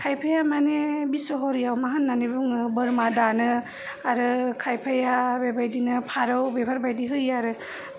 खायफाया मानि बिस्सहरियाव मा होन्नानै बुङो बोरमा दानो आरो खायफाया बेबायदिनो फारौ बेफोरबायदि होयो आरो